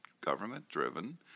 government-driven